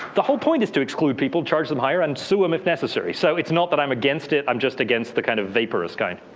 the whole point is to exclude people, charge them higher, and sue them if necessary. so it's not that i'm against it. i'm just against the kind of vaporous kind.